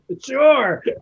Sure